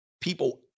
people